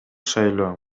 шайлоо